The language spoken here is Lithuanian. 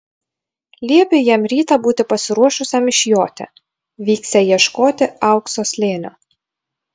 liepė jam rytą būti pasiruošusiam išjoti vyksią ieškoti aukso slėnio